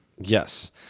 Yes